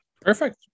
Perfect